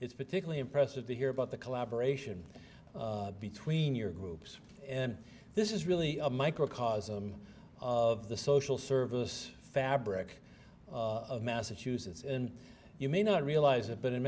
it's particularly impressive to hear about the collaboration between your groups and this is really a microcosm of the social service fabric of massachusetts and you may not realize it but in